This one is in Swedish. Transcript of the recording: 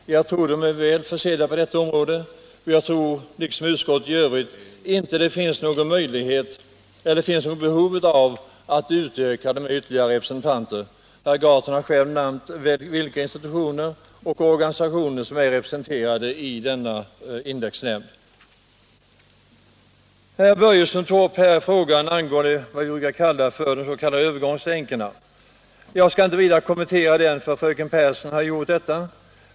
Jag tror de är väl försedda på det området och jag tror inte, liksom utskottet i övrigt, att det finns någon möjlighet eller något behov av att utöka nämnden med ytterligare representanter. Herr Gahrton har själv nämnt vilka institutioner och organisationer som är representerade i denna indexnämnd. Herr Börjesson i Falköping tog upp frågan om de s.k. övergångsänkorna. Jag skall inte vidare kommentera det, då fröken Pehrsson har gjort detta.